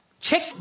check